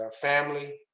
family